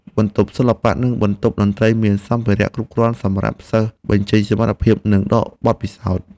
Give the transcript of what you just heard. បន្ទប់សិល្បៈនិងបន្ទប់តន្ត្រីមានសម្ភារៈគ្រប់គ្រាន់សម្រាប់សិស្សបញ្ចេញសមត្ថភាពនិងដកពិសោធន៍។